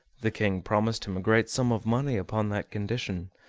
the king promised him a great sum of money upon that condition.